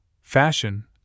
fashion